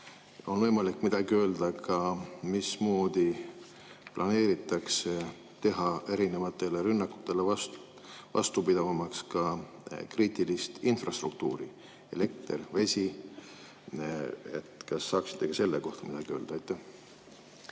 on võimalik öelda, mismoodi planeeritakse teha erinevatele rünnakutele vastupidavamaks ka kriitilist infrastruktuuri: elekter, vesi? Kas saaksite ka selle kohta midagi öelda?